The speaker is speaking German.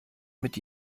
mit